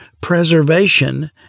preservation